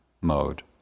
mode